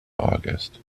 august